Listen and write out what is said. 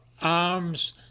arms